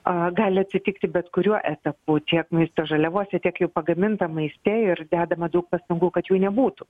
a gali atsitikti bet kuriuo etapu tiek maisto žaliavos ir tiek jau pagamintam maiste ir dedama daug pastangų kad jų nebūtų